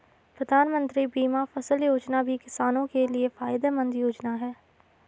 प्रधानमंत्री बीमा फसल योजना भी किसानो के लिये फायदेमंद योजना है